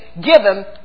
given